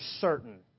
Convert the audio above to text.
certain